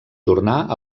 tornar